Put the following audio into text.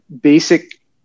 basic